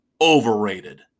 overrated